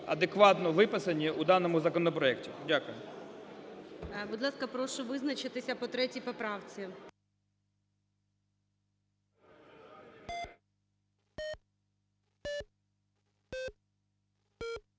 адекватно виписані у даному законопроекті. Дякую. ГОЛОВУЮЧИЙ. Будь ласка, прошу визначитися по 3 поправці.